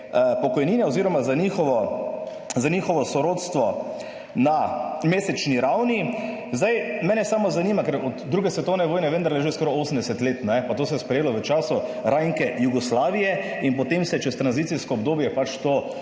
pokojnine oziroma za njihovo, za njihovo sorodstvo na mesečni ravni. Zdaj, mene samo zanima, ker od 2. svetovne vojne je vendarle že skoraj 80 let, pa to se je sprejelo v času ranke Jugoslavije in potem se čez tranzicijsko obdobje pač to